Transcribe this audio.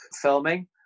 filming